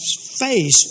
face